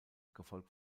gefolgt